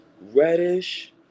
Reddish